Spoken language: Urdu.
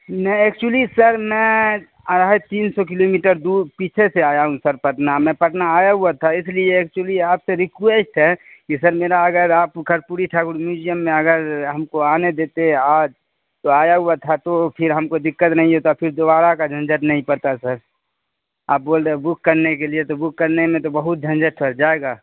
میں ایکچولی سر میں اڑھائی تین سو کلو میٹر دور پیچھے سے آیا ہوں سر پٹنہ میں پٹنہ آیا ہوا تھا اس لیے ایکچولی آپ سے ریکویسٹ ہے کہ سر میرا اگر آپ کرپوڑی ٹھاکر میوجیم میں اگر ہم کو آنے دیتے آج تو آیا ہوا تھا تو پھر ہم کو دقت نہیں ہوتا پھر دوبارہ کا جھنجھٹ نہیں پرتا سر آپ بول رہے ہیں بک کرنے کے لیے تو بک کرنے میں تو بہت جھنجھٹ پر جائے گا